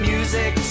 music